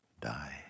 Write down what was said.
die